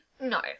No